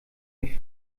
nicht